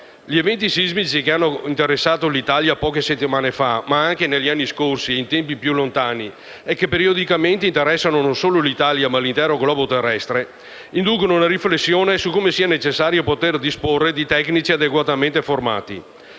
Gli eventi sismici che hanno interessato l'Italia poche settimane fa, ma anche negli anni scorsi e in tempi più lontani e che periodicamente interessano l'intero globo terrestre, inducono a una riflessione su come sia necessario poter disporre di tecnici adeguatamente formati.